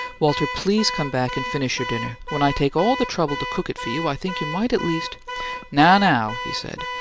walter, please come back and finish your dinner. when i take all the trouble to cook it for you, i think you might at least now, now! he said.